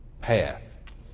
path